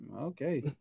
Okay